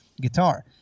guitar